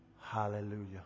Hallelujah